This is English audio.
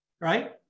right